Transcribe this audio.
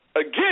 again